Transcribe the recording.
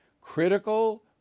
Critical